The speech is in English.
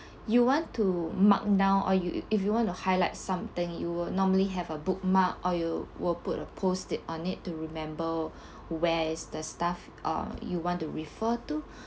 you want to mark down or you if you want to highlight something you would normally have a bookmark or you will put a post it on it to remember where is the stuff uh you want to refer to